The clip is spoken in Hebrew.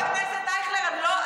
חבר הכנסת אייכלר.